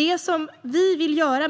förebygga brott.